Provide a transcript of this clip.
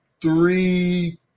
three